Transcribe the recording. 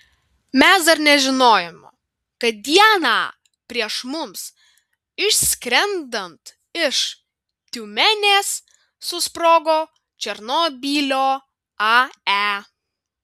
mes dar nežinojome kad dieną prieš mums išskrendant iš tiumenės susprogo černobylio ae